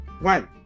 one